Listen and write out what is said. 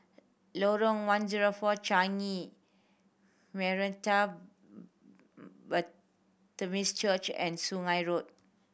Lorong One Zero Four Changi Baptist Church and Sungei Road